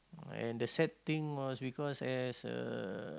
and the sad thing was because as a